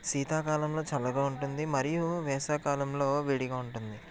శీతాకాలంలో చల్లగా ఉంటుంది మరియు వేసవి కాలంలో వేడిగా ఉంటుంది